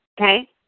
okay